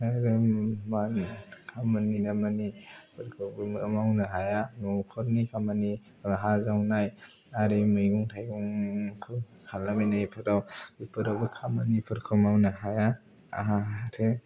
आरो मा होनो खामानि दामानिफोरखौबो मावनो हाया न'खरनि खामानि बा हा जावनाय आरि मैगं थाइगंखौ खालाबायनायफ्राव बेफोरावबो खामानिफोरखौ मावनो हाया आरो